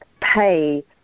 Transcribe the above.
pay